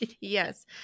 Yes